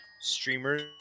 streamers